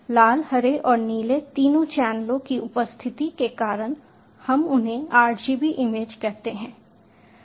लाल हरे और नीले तीन चैनलों की उपस्थिति के कारण हम उन्हें RGB इमेज कहते हैं